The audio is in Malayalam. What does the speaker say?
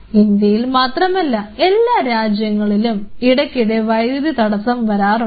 ഇന്ത്യയിൽ മാത്രമല്ല എല്ലാ രാജ്യങ്ങളിലും ഇടയ്ക്കിടയ്ക്ക് വൈദ്യുതിയിൽ തടസ്സം വരാറുണ്ട്